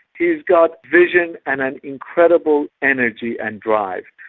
he's got vision and an incredible energy and drive.